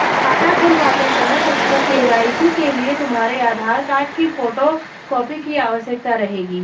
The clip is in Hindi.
खाता खुलवाते समय तुमको के.वाई.सी के लिए तुम्हारे आधार कार्ड की फोटो कॉपी की आवश्यकता रहेगी